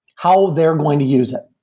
how they're going to use it.